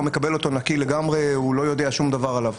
מקבל אותו נקי לגמרי והוא לא יודע שום דבר עליו.